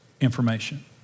information